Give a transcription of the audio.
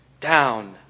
Down